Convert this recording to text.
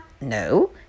no